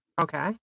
Okay